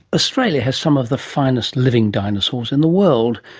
australia has some of the finest living dinosaurs in the world.